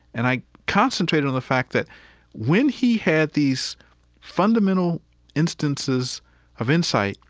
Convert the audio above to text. and i concentrated on the fact that when he had these fundamental instances of insight,